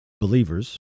Believers